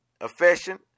Affection